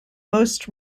most